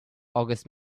august